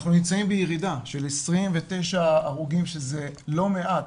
אנחנו נמצאים בירידה של 29 הרוגים שזה לא מעט,